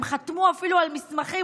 הם חתמו אפילו על מסמכים,